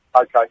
Okay